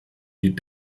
die